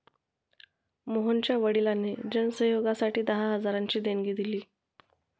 मोहनच्या वडिलांनी जन सहयोगासाठी दहा हजारांची देणगी दिली